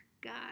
God